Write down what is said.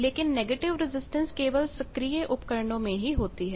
लेकिन negative resistance केवल सक्रिय उपकरणों में ही होती है